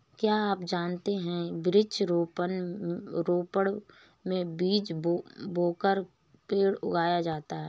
क्या आप जानते है वृक्ष रोपड़ में बीज बोकर पेड़ उगाया जाता है